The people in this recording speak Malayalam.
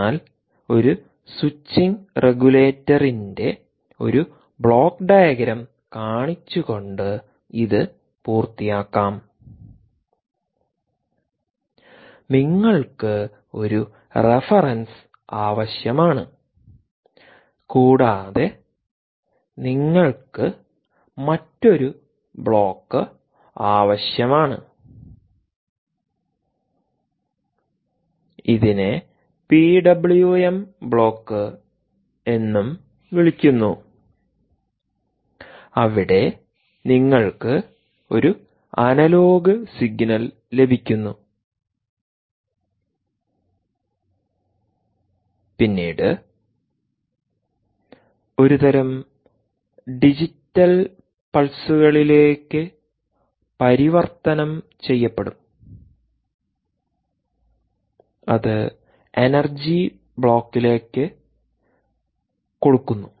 അതിനാൽ ഒരു സ്വിച്ചിംഗ് റെഗുലേറ്ററിന്റെ ഒരു ബ്ലോക്ക് ഡയഗ്രം കാണിച്ചുകൊണ്ട് ഇത് പൂർത്തിയാക്കാം നിങ്ങൾക്ക് ഒരു റഫറൻസ് ആവശ്യമാണ് കൂടാതെ നിങ്ങൾക്ക് മറ്റൊരു ബ്ലോക്ക് ആവശ്യമാണ് ഇതിനെ പി ഡബ്ല്യു എം ബ്ലോക്ക് എന്നും വിളിക്കുന്നു അവിടെ നിങ്ങൾക്ക് ഒരു അനലോഗ് സിഗ്നൽ ലഭിക്കുന്നു പിന്നീട് ഒരുതരം ഡിജിറ്റൽ പൾസുകളിലേക്ക് പരിവർത്തനം ചെയ്യപ്പെടും അത് എനർജി ബ്ലോക്കിലേക്ക് കൊടുക്കുന്നു